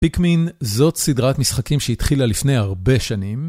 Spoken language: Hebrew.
פיקמין זאת סדרת משחקים שהתחילה לפני הרבה שנים